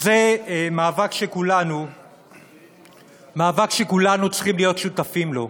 זה מאבק שכולנו צריכים להיות שותפים לו.